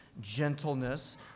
gentleness